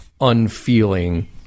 unfeeling